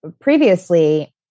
previously